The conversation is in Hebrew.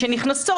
שנכנסות,